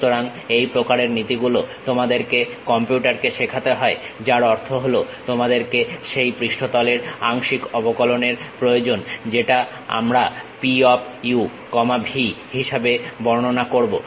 সুতরাং এই প্রকারের নীতিগুলো তোমাদেরকে কম্পিউটারকে শেখাতে হবে যার অর্থ হল তোমাদের সেই পৃষ্ঠতলের আংশিক অবকলনের প্রয়োজন যেটাকে আমরা P of u comma v হিসাবে বর্ণনা করব